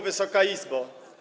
Wysoka Izbo!